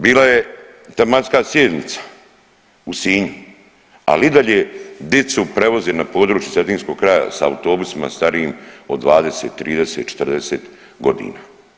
Bila je tematska sjednica u Sinju, ali i dalje dicu prevoze na područje cetinskog kraja sa autobusima starijim od 20, 30, 40 godina.